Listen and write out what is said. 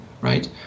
right